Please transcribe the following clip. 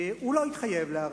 להערכתי, הוא לא התחייב.